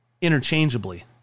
interchangeably